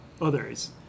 others